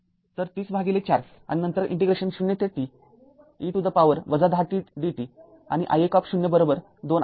तर ३० भागिले ४ आणि नंतर इंटिग्रेशन ० ते t e to the power १० t dt आणि i१० २ आहे